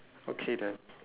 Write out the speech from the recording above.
okay then